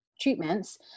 treatments